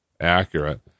accurate